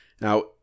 Now